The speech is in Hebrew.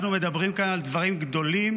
אנחנו מדברים כאן על דברים גדולים,